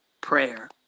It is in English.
prayer